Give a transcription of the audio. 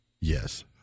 yes